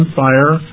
fire